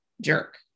jerk